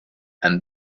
and